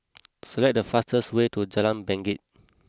select the fastest way to Jalan Bangket